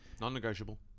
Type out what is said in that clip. non-negotiable